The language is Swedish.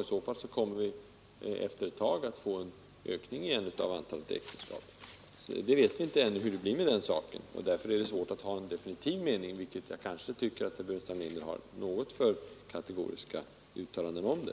I så fall kommer vi efter ett tag att få en ökning igen av antalet äktenskap. Vi vet ännu inte hur det blir med den saken. Därför är det svårt att ha en definitiv mening, och jag tycker nog att herr Burenstam Linder har fällt en smula för kategoriska uttalanden om det.